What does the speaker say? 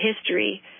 history